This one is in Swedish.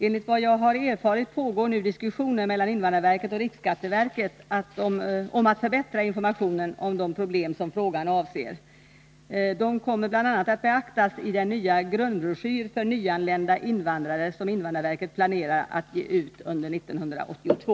Enligt vad jag har erfarit pågår nu diskussioner mellan invandrarverket och riksskatteverket om att förbättra informationen om de problem som frågan avser. De kommer bl.a. att beaktas i den nya grundbroschyr för nyanlända invandrare som invandrarverket planerar att ge ut under år 1982.